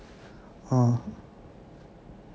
ah